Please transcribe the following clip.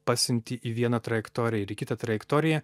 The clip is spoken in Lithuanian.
pasiunti į vieną trajektoriją ir į kitą trajektoriją